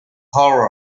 horror